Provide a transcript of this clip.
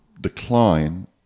decline